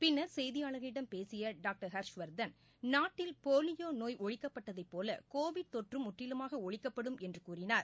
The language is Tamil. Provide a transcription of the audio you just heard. பின்னர் செய்தியாளர்களிடம் பேசிய டாக்டர் ஹர்ஷ்வர்தன் நாட்டில் போலியோ நோய் ஒழிக்கப்பட்டதைபோல கோவிட் தொற்றும் முற்றிலுமாக ஒழிக்கப்படும் என்று கூறினார்